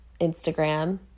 Instagram